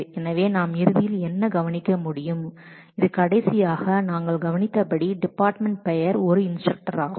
எனவே நாம் இறுதியில் என்ன கவனிக்க முடியும் என்றால் கடைசியாக நாங்கள் கவனித்தபடி டிபார்ட்மெண்ட் பெயர் ஒரு இன்ஸ்டிரக்டராகும்